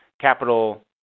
capital